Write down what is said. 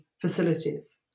facilities